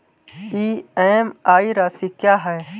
EMI राशि क्या है?